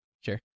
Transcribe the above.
Sure